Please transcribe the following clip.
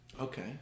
Okay